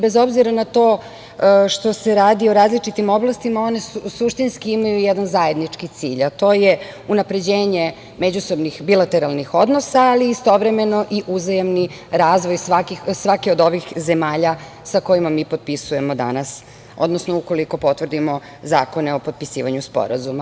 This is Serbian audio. Bez obzira na to što se radi o različitim oblastima, one suštinski imaju jedan zajednički cilj, a to je unapređenje međusobnih bilateralnih odnosa, ali istovremeno i uzajamni razvoj svake od ovih zemalja sa kojima mi potpisujemo danas, odnosno ukoliko potvrdimo zakone o potpisivanju sporazuma.